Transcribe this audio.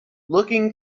looking